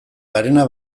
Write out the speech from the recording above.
garena